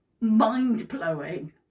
mind-blowing